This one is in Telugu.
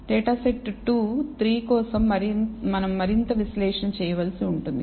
డేటా సెట్ 2 3 కోసం మనం మరింత విశ్లేషణ చేయవలసి ఉంటుంది